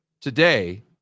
today